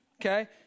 okay